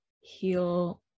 heal